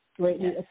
Greatly